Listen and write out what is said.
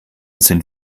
sind